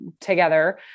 together